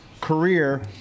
career